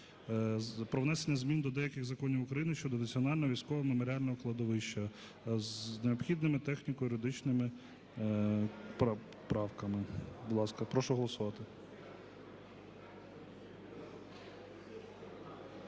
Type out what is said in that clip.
про внесення змін до деяких законів України щодо Національного військового меморіального кладовища з необхідними техніко-юридичними правками. Будь ласка, прошу голосувати.